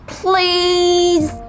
please